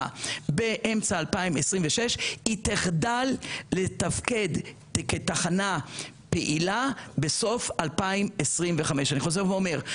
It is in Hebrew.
באמצע 2026 היא תחדל לתפקד כתחנה פעילה בסוף 2025. אני חוזר ואומר,